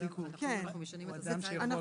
אולי אנחנו צריכים